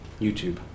YouTube